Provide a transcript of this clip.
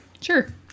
Sure